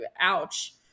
ouch